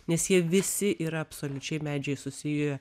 nes jie visi yra absoliučiai medžiai susiję